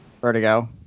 Vertigo